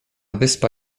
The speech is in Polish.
wyspa